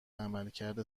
عملکرد